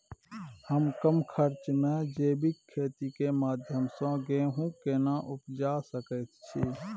हम कम खर्च में जैविक खेती के माध्यम से गेहूं केना उपजा सकेत छी?